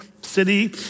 city